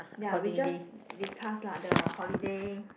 ya we just discuss lah the holiday